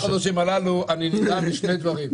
אני אומר שבארבעת החודשים הללו אני נדהם משני דברים.